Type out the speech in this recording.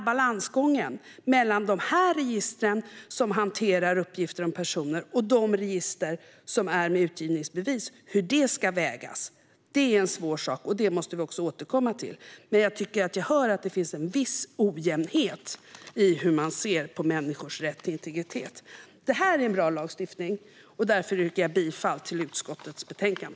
Balansgången mellan register som hanterar uppgifter om personer och register som har utgivningsbevis - hur det ska vägas - är en svår sak som vi måste återkomma till, men jag tycker att jag hör att det finns en viss ojämnhet i hur man ser på människors rätt till integritet. Detta är en bra lagstiftning, och därför yrkar jag bifall till utskottets förslag.